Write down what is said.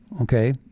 okay